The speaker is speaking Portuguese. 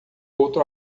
outro